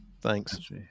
Thanks